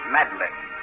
Madeline